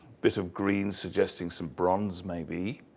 bit of green suggesting some bronze, maybe.